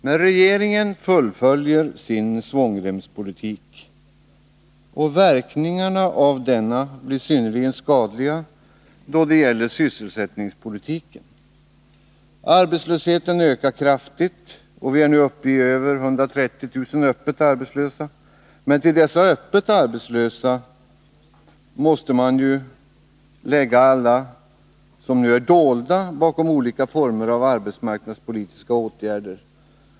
Men regeringen fullföljer sin svångremspolitik, och verkningarna av denna blir synnerligen skadliga då det gäller sysselsättningspolitiken. Arbetslösheten ökar kraftigt, och vi är nu uppe i över 130 000 öppet arbetslösa. Men till dessa öppet arbetslösa måste man ju lägga alla som nu är dolda bakom olika former av arbetsmarknadspolitiska åtgärder.